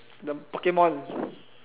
the Pokemon